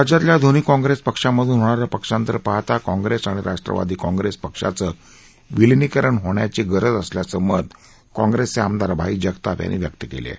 राज्यातल्या दोन्ही काँग्रेस पक्षामधून होणारं पक्षांतर पाहता काँग्रेस आणि राष्ट्रवादी काँग्रेस पक्षांचं विलीनीकरण होण्याची गरज असल्याचं मत काँग्रेसचे आमदार भाई जगताप यांनी व्यक्त केलं आहे